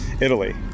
Italy